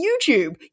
YouTube